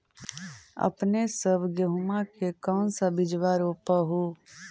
अपने सब गेहुमा के कौन सा बिजबा रोप हू?